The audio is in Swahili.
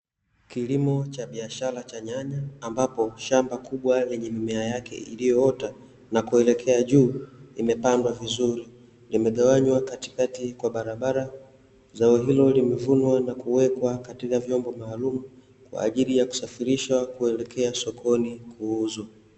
Kilimo cha biashara cha nyanya ambapo shamba kubwa lenye mimea yake iliyoota na kuelekea juu limepandwa vizuri, limegawanywa katikati kwa barabara. Zao hilo limevunwa na kuwekwa katika vyombo maalumu kwa ajili ya kusafirishwa kuelekea sokoni kuuzwa.